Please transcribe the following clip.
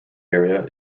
area